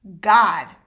God